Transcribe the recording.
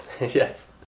yes